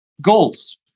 goals